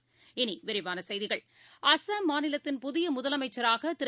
இனிவிரிவானசெய்திகள் அஸ்ஸாம் மாநிலத்தின் புதியமுதலமைச்சராகதிரு